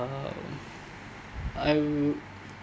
uh I was